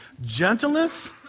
Gentleness